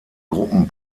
gruppen